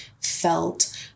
felt